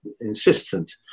insistent